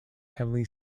heavily